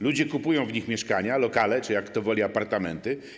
Ludzie kupują w nich mieszkania, lokale czy - jak kto woli - apartamenty.